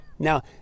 Now